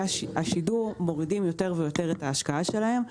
השידור מורידים יותר ויותר את ההשקעה שלהם,